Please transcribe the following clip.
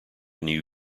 new